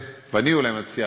ואני אולי מציע,